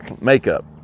Makeup